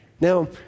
Now